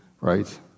right